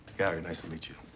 gary. nice to meet you.